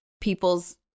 people's